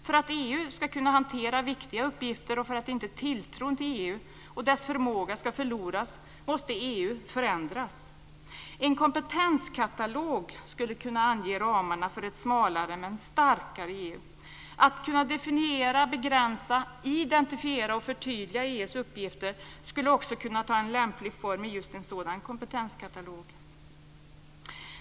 För att EU ska kunna hantera viktiga uppgifter och för att inte tilltron till EU och dess förmåga ska förloras måste EU förändras. En kompetenskatalog skulle kunna ange ramarna för ett smalare men starkare EU. Att kunna definiera, begränsa, identifiera och förtydliga EU:s uppgifter skulle också kunna ta en lämplig form för just en sådan kompetenskatalog.